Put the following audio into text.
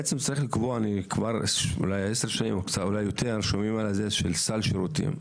בעצם אני כבר עשר שנים אולי יותר שומעים על סל שירותים.